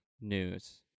news